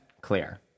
clear